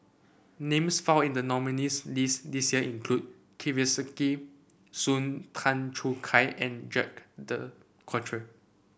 names found in the nominees' list this year include Kesavan Soon Tan Choo Kai and Jacques De Coutre